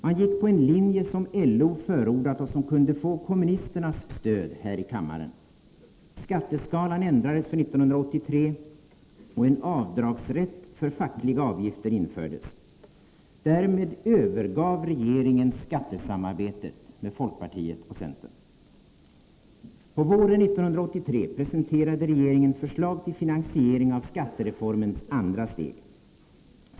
Man gick på en linje som LO förordat och som kunde få kommunisternas stöd här i kammaren. Skatteskalan ändrades för 1983, och en avdragsrätt för fackliga avgifter infördes. Därmed övergav regeringen skattesamarbetet med folkpartiet och centern. På våren 1983 presenterade regeringen förslag till finansiering av skattereformens andra steg.